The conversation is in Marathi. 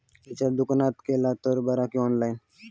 रिचार्ज दुकानात केला तर बरा की ऑनलाइन?